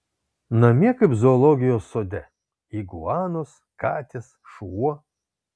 namie kaip zoologijos sode iguanos katės šuo